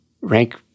rank